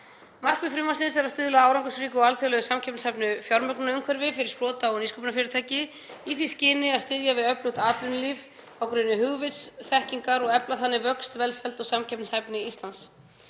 Markmið frumvarpsins er að stuðla að árangursríku og alþjóðlega samkeppnishæfu fjármögnunarumhverfi fyrir sprota- og nýsköpunarfyrirtæki í því skyni að styðja við öflugt atvinnulíf á grunni hugvits og þekkingar og efla þannig vöxt, velsæld og samkeppnishæfni Íslands.